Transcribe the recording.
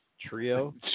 trio